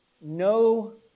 no